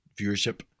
viewership